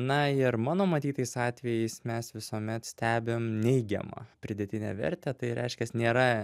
na ir mano matytais atvejais mes visuomet stebim neigiamą pridėtinę vertę tai reiškias nėra